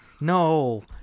No